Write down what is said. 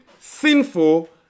sinful